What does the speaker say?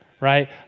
right